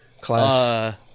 class